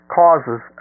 causes